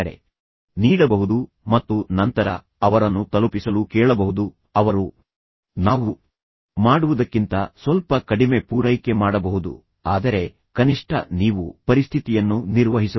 ಆದ್ದರಿಂದ ನಾವು ಅವರಿಗೆ ಕರೆ ನೀಡಬಹುದು ಮತ್ತು ನಂತರ ಅವರನ್ನು ತಲುಪಿಸಲು ಕೇಳಬಹುದು ಅವರು ನಾವು ಮಾಡುವುದಕ್ಕಿಂತ ಸ್ವಲ್ಪ ಕಡಿಮೆ ಪೂರೈಕೆ ಮಾಡಬಹುದು ಆದರೆ ಕನಿಷ್ಠ ನೀವು ಪರಿಸ್ಥಿತಿಯನ್ನು ನಿರ್ವಹಿಸಬಹುದು